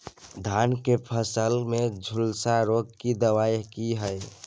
धान की फसल में झुलसा रोग की दबाय की हय?